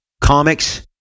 Comics